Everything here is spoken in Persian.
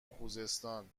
خوزستان